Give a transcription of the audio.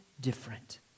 different